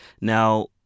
Now